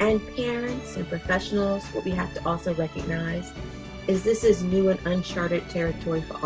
and parents and professionals what we have to also recognize is this is new and uncharted territory for all